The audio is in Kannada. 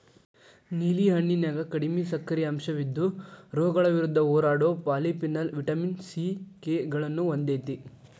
ನೇಲಿ ಹಣ್ಣಿನ್ಯಾಗ ಕಡಿಮಿ ಸಕ್ಕರಿ ಅಂಶವಿದ್ದು, ರೋಗಗಳ ವಿರುದ್ಧ ಹೋರಾಡೋ ಪಾಲಿಫೆನಾಲ್, ವಿಟಮಿನ್ ಸಿ, ಕೆ ಗಳನ್ನ ಹೊಂದೇತಿ